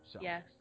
Yes